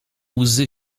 łzy